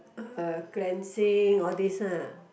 uh cleansing all this ah